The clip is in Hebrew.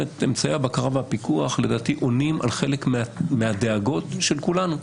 אמצעי הבקרה והפיקוח לדעתי עונים על חלק מהדאגות של כולנו.